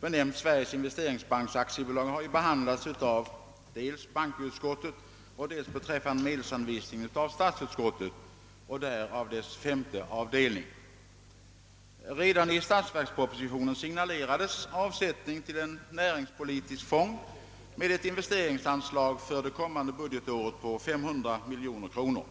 benämnt Sveriges investeringsbank AB, har behandlats dels av bankoutskottet, dels beträffande medelsanvisningen, av statsutskottet och där i dess femte avdelning i främsta hand. Redan i statsverkspropositionen signalerades avsättning till en näringspolitisk fond med ett investeringsanslag för det kommande budgetåret på 500 miljoner kronor.